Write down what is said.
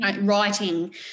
writing